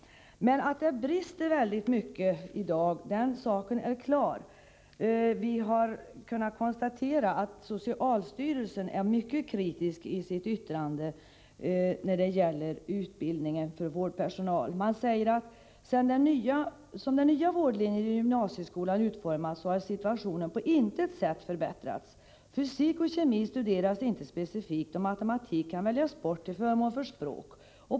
Det är uppenbart att det finns brister i utbildningen i dag. Vi har kunnat konstatera att socialstyrelsen är mycket kritisk i sitt yttrande över utbildningen för vårdpersonal. Men säger att ”som den nya vårdlinjen i gymnasieskolan utformats har situationen på intet sätt förbättrats. Fysik och kemi studeras inte specifikt, och matematik kan väljas bort till förmån för språk.